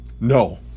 No